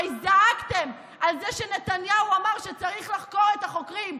הרי זעקתם על זה שנתניהו אמר שצריך לחקור את החוקרים.